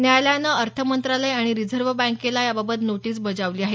न्यायालयानं अर्थ मंत्रालय आणि रिझर्व्ह बँकेला याबाबत नोटीस बजावली आहे